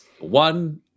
One